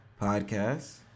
Podcast